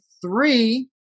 three